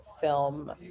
film